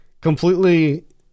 completely